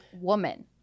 woman